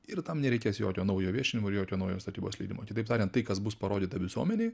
ir tam nereikės jokio naujo viešinimo ir jokio naujo statybos leidimo kitaip tariant tai kas bus parodyta visuomenei